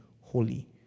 holy